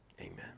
Amen